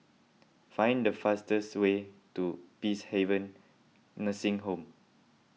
find the fastest way to Peacehaven Nursing Home